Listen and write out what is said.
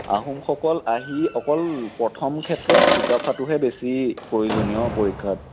আহোমসকল আহি অকল প্ৰথম ক্ষেত্ৰত চুকাফাটোহে বেছি প্ৰয়োজনীয় পৰীক্ষাত